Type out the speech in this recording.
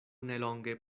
nelonge